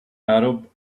arab